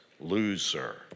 loser